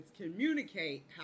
communicate